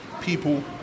people